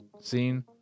scene